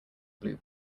blue